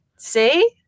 See